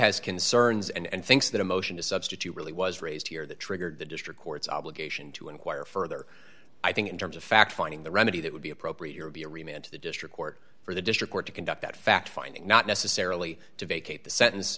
has concerns and thinks that a motion to substitute really was raised here that triggered the district court's obligation to inquire further i think in terms of fact finding the remedy that would be appropriate your be a remained to the district court for the district court to conduct that fact finding not necessarily to vacate the sentence